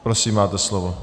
Prosím, máte slovo.